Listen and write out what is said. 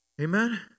Amen